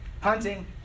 hunting